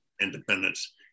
independence